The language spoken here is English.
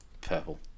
Purple